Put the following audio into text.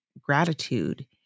gratitude